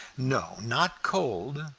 no, not cold.